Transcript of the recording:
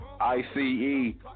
I-C-E